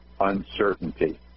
uncertainty